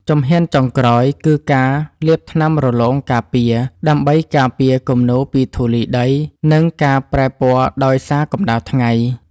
ជំហានចុងក្រោយគឺការលាបថ្នាំរលោងការពារ ដើម្បីការពារគំនូរពីធូលីដី និងការប្រែពណ៌ដោយសារកម្ដៅថ្ងៃ។